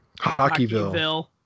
Hockeyville